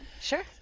Sure